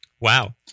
Wow